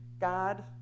God